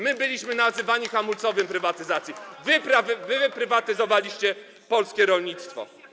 My byliśmy nazywani hamulcowym prywatyzacji, wy prywatyzowaliście polskie rolnictwo.